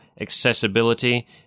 Accessibility